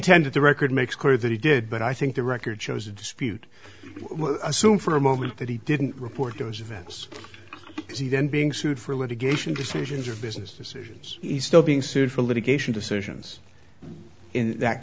contend that the record makes clear that he did but i think the record shows to dispute assume for a moment that he didn't report those events is he then being sued for litigation decisions or business decisions he's still being sued for litigation decisions in that